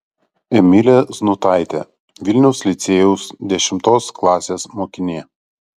emilė znutaitė vilniaus licėjaus dešimtos klasės mokinė